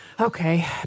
Okay